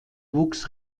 wuchs